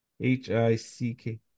H-I-C-K